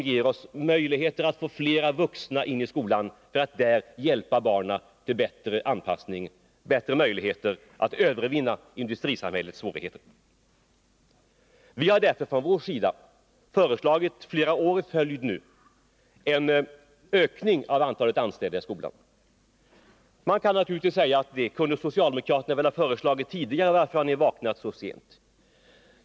Det behövs också fler vuxna i skolan, som där kan hjälpa barnen till bättre anpassning och ge dem bättre möjligheter att övervinna industrisamhällets svårigheter. Vi har därför från vår sida flera år i följd föreslagit en ökning av antalet anställda i skolan. Man kan naturligtvis säga att vi skulle ha kunnat föreslå detta tidigare och undra varför vi har vaknat så sent.